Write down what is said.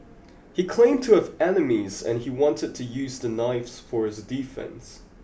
he claimed to have enemies and he wanted to use the knives for his defence